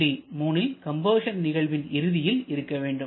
புள்ளி 3ல் கம்பஷன் நிகழ்வின் இறுதியில் இருக்க வேண்டும்